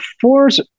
fours